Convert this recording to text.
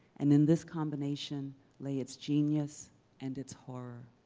and in this combination lay its genius and its horror.